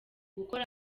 gukora